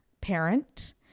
parent